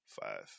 five